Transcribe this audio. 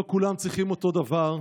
לא כולם צריכים אותו דבר,